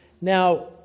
Now